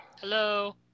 Hello